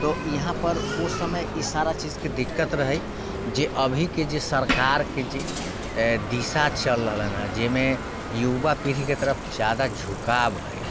तऽ यहाँपर उस समय ई सारा चीजके दिक्कत रहै जे अभीके जे सरकारके जे दिशा चल रहलनि हय जाहिमे युवा पीढ़ीके तरफ जादा झुकाव हय